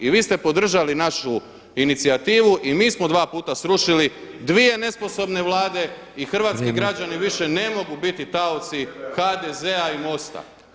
I vi ste podržali našu inicijativu i mi smo dva puta srušili dvije nesposobne Vlade i hrvatski građani više ne mogu biti taoci HDZ-a i MOST-a.